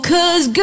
Cause